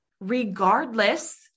regardless